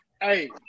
hey